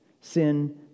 Sin